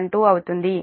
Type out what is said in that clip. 12 అవుతుంది ఇది j0